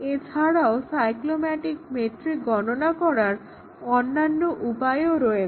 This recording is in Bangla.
এছাড়াও সাইক্লোমেটিক মেট্রিক গণনা করার অন্যান্য উপায় রয়েছে